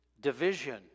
division